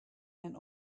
and